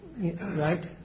right